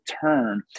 turn